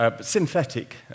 Synthetic